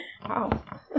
Wow